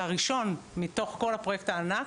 זה הראשון מתוך כל הפרויקט הענק,